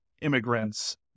immigrants